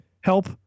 help